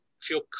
feel